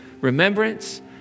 remembrance